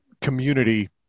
community